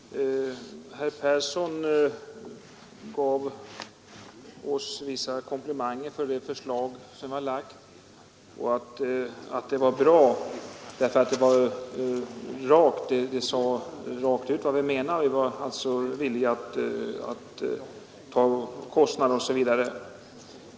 Herr talman! Herr Persson i Stockholm gav oss komplimanger för de förslag som vi har lagt fram. Han menade att förslagen var bra, att vi sade rakt ut vad vi menar, att vi är villiga att ta på oss kostnaderna osv.